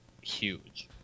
huge